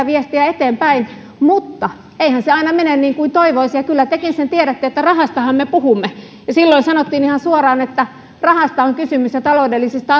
viestiä eteenpäin mutta eihän se aina mene niin kuin toivoisi kyllä tekin sen tiedätte että rahastahan me puhumme silloin sanottiin ihan suoraan että rahasta ja taloudellisista